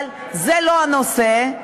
אבל זה לא הנושא,